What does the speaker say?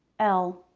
l.